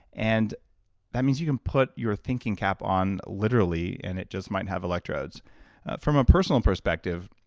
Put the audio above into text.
and that means you can put your thinking cap on literally, and it just might have electrodes from a personal perspective,